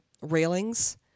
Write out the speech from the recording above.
railings